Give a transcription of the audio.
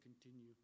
continue